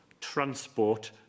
transport